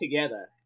together